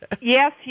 Yes